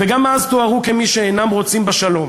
וגם אז תוארו כמי שאינם רוצים בשלום.